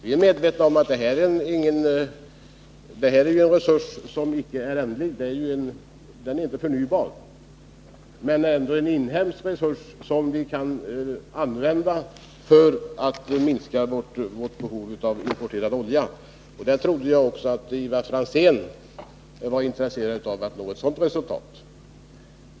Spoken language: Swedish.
Vi är medvetna om att våra skiffrar är en icke förnybar resurs men ändå en inhemsk resurs som vi kan använda för att minska vårt behov av importerad olja. Det resultatet trodde jag att också Ivar Franzén var intresserad av att nå.